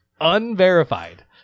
Unverified